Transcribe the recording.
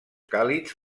càlids